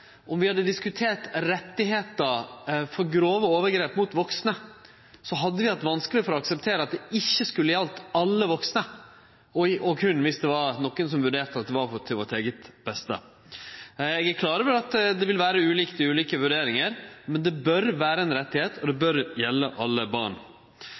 om ein hadde diskutert rettar ved grove overgrep mot vaksne, hadde vi hatt vanskeleg for å akseptere at det ikkje skulle gjelde alle vaksne, berre dersom nokon vurderte at det var til vårt eige beste. Eg er klar over at det vil vere ulikt i ulike vurderingar, men det bør vere ein rett, det bør gjelde alle barn.